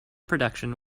production